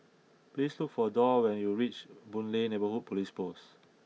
please look for Dorr when you reach Boon Lay Neighbourhood Police Post